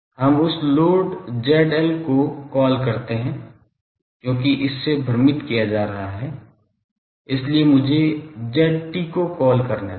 हम उस load ZL को कॉल करते हैं क्योंकि इससे भ्रमित किया जा रहा है इसलिए मुझे ZT को कॉल करने दें